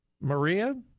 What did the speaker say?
Maria